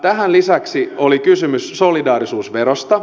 tähän lisäksi oli kysymys solidaarisuusverosta